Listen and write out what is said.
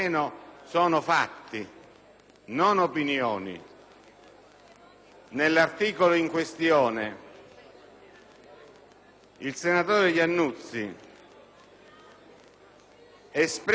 Nell'articolo in questione l'ex senatore Iannuzzi espresse delle opinioni sulla base di un'affermazione in fatto.